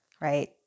right